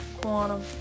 quantum